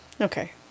Okay